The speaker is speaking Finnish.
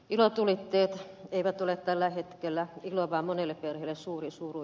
ilotulitteet eivät ole tällä hetkellä ilo vaan monelle perheelle suuri suru